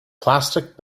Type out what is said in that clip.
plastic